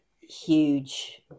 huge